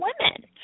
women